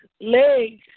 legs